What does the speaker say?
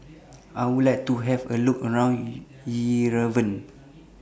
I Would like to Have A Look around E Yerevan